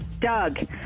Doug